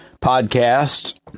podcast